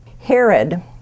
Herod